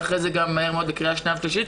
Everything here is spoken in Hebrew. ואחרי זה גם מהר מאוד לקריאה שנייה ושלישית,